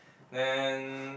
then